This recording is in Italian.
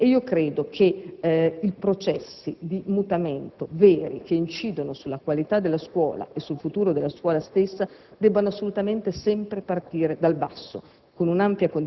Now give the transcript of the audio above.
scuole. Credo che i processi di mutamento veri, che incidono sulla qualità della scuola e sul futuro della stessa, debbano assolutamente partire sempre dal basso,